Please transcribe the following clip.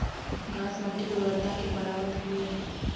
घास मट्टी के उर्वरता के बढ़ावत हउवे